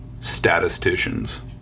statisticians